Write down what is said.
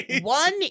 One